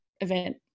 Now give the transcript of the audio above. event